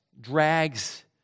Drags